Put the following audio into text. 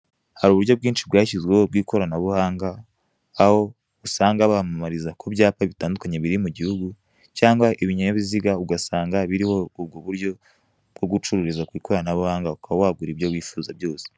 Hari uburyo bwinshi bwashyizweho bw'ikoranabuhanga aho uasanga bamamariza ku byapa bitandukanye biri mu gihugu, cyangwa ibyo ibinyabiziga ugasanga biriho ubo buryo bwo gucururiza ku ikoranabuhanga ukaba wagura ibyo wifuza byose.